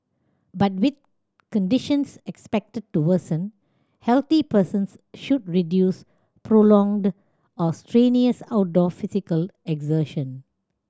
but with conditions expected to worsen healthy persons should reduce prolonged or strenuous outdoor physical exertion